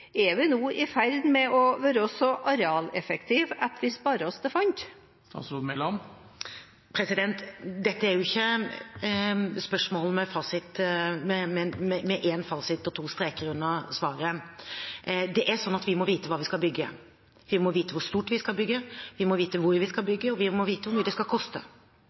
Er vi nå i ferd med å være så arealeffektive at vi sparer oss til fant? Dette er jo ikke et spørsmål med én fasit og to streker under svaret. Det er sånn at vi må vite hva vi skal bygge. Vi må vite hvor stort vi skal bygge, vi må vite hvor vi skal bygge, og vi må vite hvor mye det skal koste.